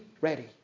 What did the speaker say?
ready